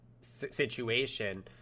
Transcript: situation—